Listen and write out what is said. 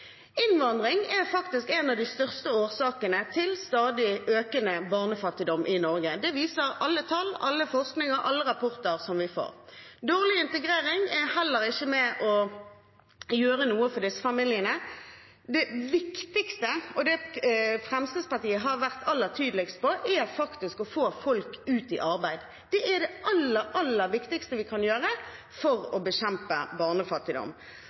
Innvandring er faktisk en av de største årsakene til stadig økende barnefattigdom i Norge. Det viser alle tall, all forskning og alle rapporter som vi får. Dårlig integrering gjør heller ikke noe for disse familiene. Det viktigste, og det Fremskrittspartiet har vært aller tydeligst på, er faktisk å få folk i arbeid. Det er det aller, aller viktigste vi kan gjøre for å bekjempe barnefattigdom. Så kan man ikke bare lese i familiekapitlet når det gjelder barnefattigdom,